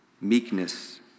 meekness